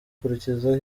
akurikizaho